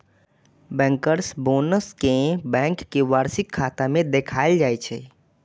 bankers bonus कें bank के वार्षिक खाता मे देखाएल जाइ छै